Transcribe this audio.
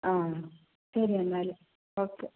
ആ ശരി എന്നാല് ഓക്കേ